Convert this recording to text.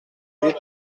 huit